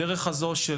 הדרך הזו של